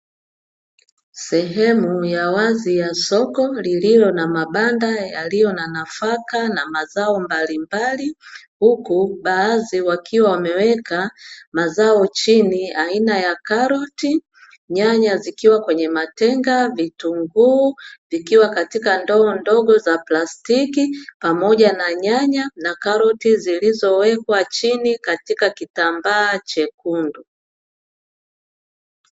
Sehemu ya wazi ya soko lililo na mabanda yaliyo na nafaka na mazao mbalimbali huku baadhi wakiwa wameweka mazao chini aina ya karoti, nyanya zikiwa kwenye matenga, vitunguu vikiwa katika ndoo ndogo za plastiki pamoja na nyanya na karoti zilizowekwa chini katika kitambaa chekundu.